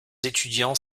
étudiants